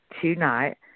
tonight